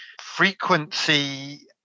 frequency